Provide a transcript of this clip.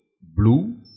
blue